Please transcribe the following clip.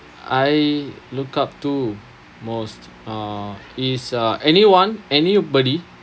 I look up to most uh is uh anyone anybody